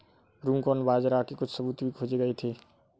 broomcorn बाजरा के कुछ सबूत भी खोजे गए थे